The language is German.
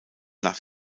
nach